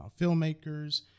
filmmakers